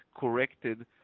corrected